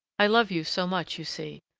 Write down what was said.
i love you so much, you see,